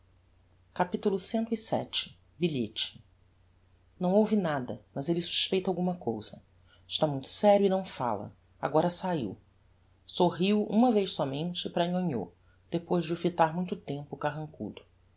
azul capitulo cvii bilhete não houve nada mas elle suspeita alguma cousa está muito serio e não fala agora saiu sorriu uma vez somente para nhonhô depois de o fitar muito tempo carrancudo